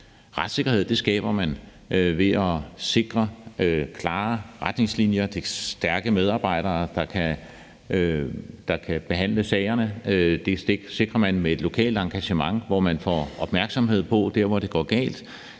Retssikkerhed skaber man ved at sikre klare retningslinjer og have stærke medarbejdere, der kan behandle sagerne. Man sikrer det ved et lokalt engagement, hvor man får opmærksomhed på, hvor det går galt.